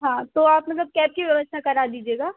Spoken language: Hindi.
हाँ तो आप मतलब कैब की व्यवस्था करा दीजिएगा